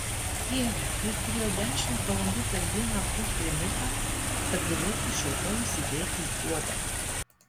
dieve jis turėjo dešimt valandų per dieną pūst trimitą kad galėtų šio to įsidėti į puodą